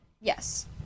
yes